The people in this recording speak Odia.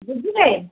ବୁଝିଲେ